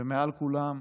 ומעל כולם,